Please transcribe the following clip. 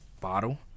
bottle